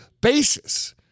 basis